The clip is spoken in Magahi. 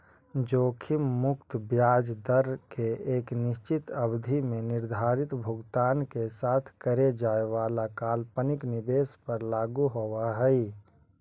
जोखिम मुक्त ब्याज दर एक निश्चित अवधि में निर्धारित भुगतान के साथ करे जाए वाला काल्पनिक निवेश पर लागू होवऽ हई